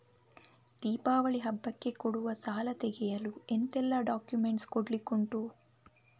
ದೀಪಾವಳಿ ಹಬ್ಬಕ್ಕೆ ಕೊಡುವ ಸಾಲ ತೆಗೆಯಲು ಎಂತೆಲ್ಲಾ ಡಾಕ್ಯುಮೆಂಟ್ಸ್ ಕೊಡ್ಲಿಕುಂಟು?